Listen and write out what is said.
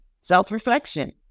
self-reflection